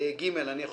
אני ממשיך